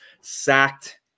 sacked